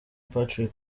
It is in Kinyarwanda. patrick